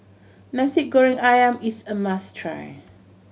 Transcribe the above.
Nasi Goreng Ayam is a must try